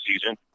season